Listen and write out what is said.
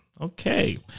Okay